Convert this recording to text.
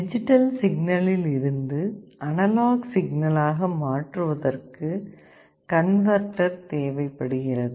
digital சிக்னலில் இருந்து analogue சிக்னலாக மாற்றுவதற்கு கன்வெர்ட்டர் தேவைப்படுகிறது